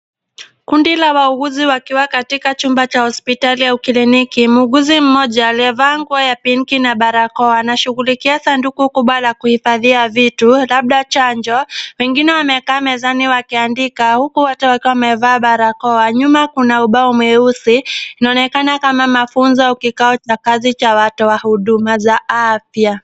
Kundi la wauguzi wakiwa katika chumba cha hospitali au kliniki. Muuguzi mmoja aliyevaa nguo ya pinki na barakoa anashughulikia sanduku kubwa la kuhifadhia vitu labda chanjo wengine wamekaa mezani wakiandika huku wote wakiwa wamevaa barakoa. Nyuma kuna ubao mweusi, inaonekana kama mafunzo au kikao cha kazi cha watu wa huduma za afya.